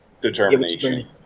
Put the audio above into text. Determination